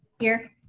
here.